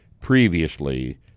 previously